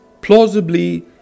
plausibly